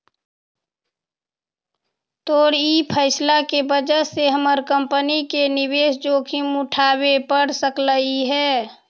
तोर ई फैसला के वजह से हमर कंपनी के निवेश जोखिम उठाबे पड़ सकलई हे